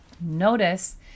notice